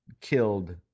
killed